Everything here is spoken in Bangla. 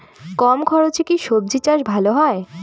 কম খরচে কি সবজি চাষ ভালো হয়?